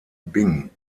bing